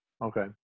Okay